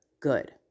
good